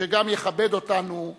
שגם יכבד אותנו בדברים.